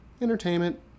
entertainment